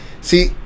See